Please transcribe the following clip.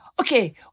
Okay